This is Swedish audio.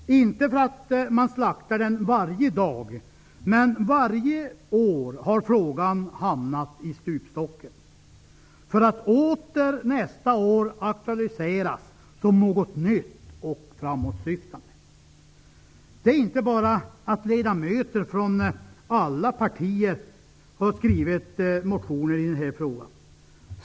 Man slaktar förvisso inte frågan varje dag, men varje år har den hamnat i stupstocken för att nästa år åter aktualiseras som något nytt och framåtsyftande. Det är inte bara det att ledamöter från alla partier har skrivit motioner i den här frågan.